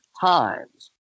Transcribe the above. times